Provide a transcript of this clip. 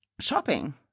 Shopping